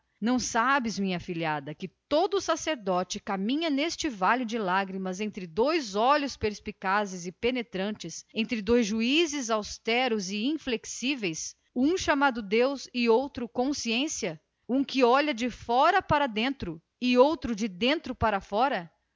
não sabes minha afilhada que todo sacerdote caminha neste vale de lágrimas entre dois olhos perspicazes e penetrantes dos juízes austeros e inflexíveis um chamado deus e outro consciência um que olha de fora para dentro e outro de dentro para fora